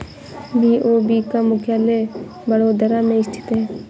BOB का मुख्यालय बड़ोदरा में स्थित है